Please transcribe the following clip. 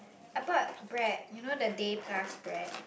I bought bread you know the Day Plus Bread